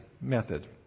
method